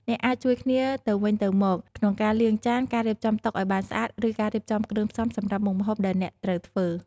អ្នកអាចជួយគ្នាទៅវិញទៅមកក្នុងការលាងចាន ការរៀបចំតុឱ្យបានស្អាត ឬការរៀបចំគ្រឿងផ្សំសម្រាប់មុខម្ហូបដែលអ្នកត្រូវធ្វើ។